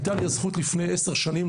הייתה לי הזכות להקים לפני עשר שנים,